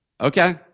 Okay